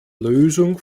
lösung